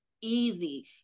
easy